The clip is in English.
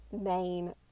main